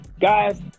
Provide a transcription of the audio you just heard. guys